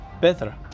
better